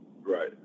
right